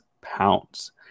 pounds